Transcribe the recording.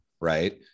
right